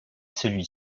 celui